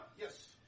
yes